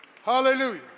Hallelujah